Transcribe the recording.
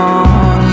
on